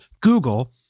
Google